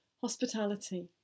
hospitality